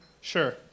Sure